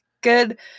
Good